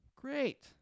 Great